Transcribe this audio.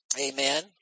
Amen